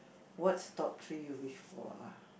what's top three you wish for lah